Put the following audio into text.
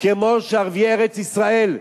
כמו שערביי ארץ-ישראל,